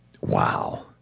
wow